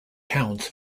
towns